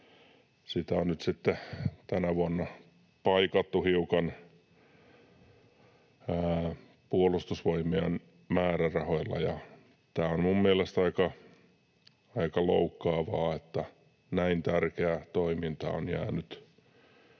sitä on nyt sitten tänä vuonna paikattu hiukan Puolustusvoimien määrärahoilla. Tämä on minun mielestäni aika loukkaavaa, että näin tärkeä toiminta on jäänyt